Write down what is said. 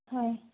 হয়